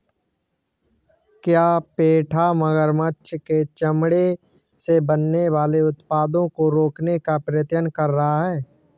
क्या पेटा मगरमच्छ के चमड़े से बनने वाले उत्पादों को रोकने का प्रयत्न कर रहा है?